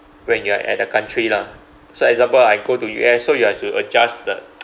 when you are at the country lah so example I go to U_S so you have to adjust the